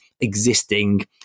existing